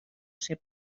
ser